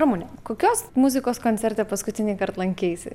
ramune kokios muzikos koncerte paskutinį kartą lankeisi